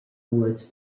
was